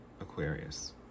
Aquarius